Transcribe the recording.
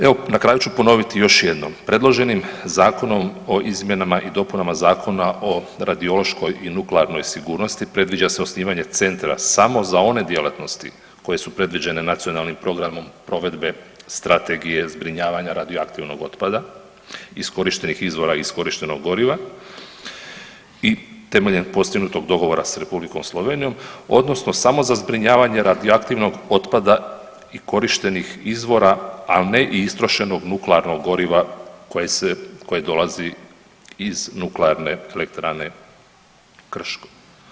Evo na kraju ću ponoviti još jednom, predloženim Zakonom o izmjenama i dopunama Zakona o radiološkoj i nuklearnoj sigurnosti predviđa se osnivanje centra samo za one djelatnosti koje su predviđene Nacionalnim programom provedbe Strategije zbrinjavanja radioaktivnog otpada iskorištenih izvora iskorištenog goriva i temeljem postignutog dogovora s Republikom Slovenijom odnosno samo za zbrinjavanje radioaktivnog otpada i korištenih izvora, ali ne i istrošenog nuklearnog goriva koje dolazi iz Nuklearne elektrane Krško.